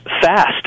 fast